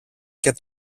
και